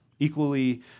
equally